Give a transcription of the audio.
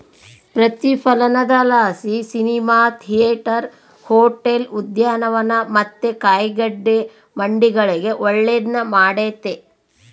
ಪ್ರತಿಫಲನದಲಾಸಿ cinema theatre, hotel, ಉದ್ಯಾನವನ ಮತ್ತೆ ಕಾಯಿಗಡ್ಡೆ ಮಂಡಿಗಳಿಗೆ ಒಳ್ಳೆದ್ನ ಮಾಡೆತೆ